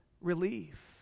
relief